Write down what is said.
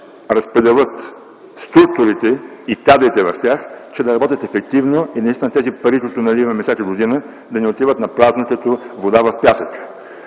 разпределят структурите и кадрите в тях, че да работят ефективно и наистина тези пари, които наливаме всяка година, да не отиват напразно като вода в пясък.